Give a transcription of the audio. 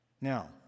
Now